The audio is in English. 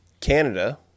Canada